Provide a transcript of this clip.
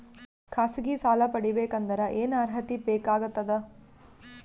ಖಾಸಗಿ ಸಾಲ ಪಡಿಬೇಕಂದರ ಏನ್ ಅರ್ಹತಿ ಬೇಕಾಗತದ?